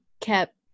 kept